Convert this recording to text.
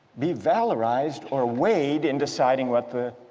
be valorized or weighed in deciding what the